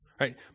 right